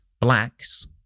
blacks